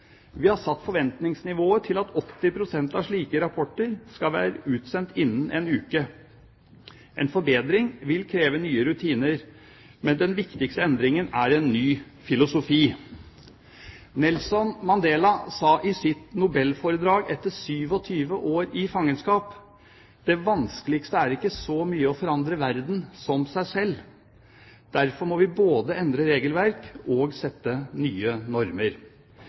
Vi har satt forventningsnivået til at 80 pst. av slike rapporter skal være utsendt innen en uke. En forbedring vil kreve nye rutiner. Men den viktigste endringen er en ny filosofi. Nelson Mandela sa etter 27 år i fangenskap: Det vanskeligste er ikke å forandre verden, men seg selv. Derfor må vi både endre regelverk og sette nye normer.